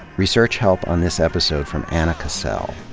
research help on this episode from anna cassell.